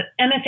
MFA